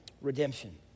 redemption